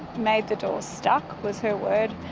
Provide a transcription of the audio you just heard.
made the door stuck, was her word,